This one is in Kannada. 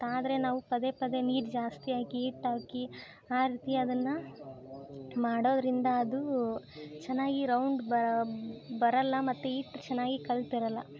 ಆದರೆ ನಾವು ಪದೇ ಪದೇ ನೀರು ಜಾಸ್ತಿ ಹಾಕಿ ಹಿಟ್ ಹಾಕಿ ಆ ರೀತಿ ಅದನ್ನು ಮಾಡೋದರಿಂದ ಅದು ಚೆನ್ನಾಗಿ ರೌಂಡ್ ಬರಲ್ಲ ಮತ್ತು ಹಿಟ್ಟ್ ಚೆನ್ನಾಗಿ ಕಲೆತಿರಲ್ಲ